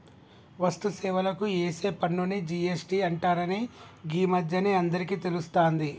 వస్తు సేవలకు ఏసే పన్నుని జి.ఎస్.టి అంటరని గీ మధ్యనే అందరికీ తెలుస్తాంది